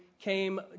came